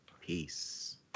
Peace